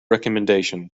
recomendation